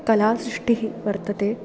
कलासृष्टिः वर्तते